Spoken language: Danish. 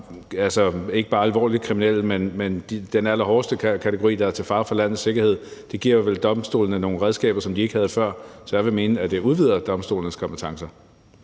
fra ikke bare alvorligt kriminelle, men dem i den allerhårdeste kategori, der er til fare for landets sikkerhed. Det giver domstolene nogle redskaber, som de ikke havde før, så jeg vil mene, at det udvider domstolenes kompetence.